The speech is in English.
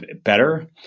better